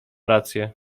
rację